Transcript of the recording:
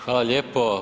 Hvala lijepo.